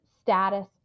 status